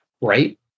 Right